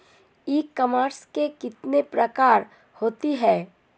ई commerce के कितने प्रकार होते हैं?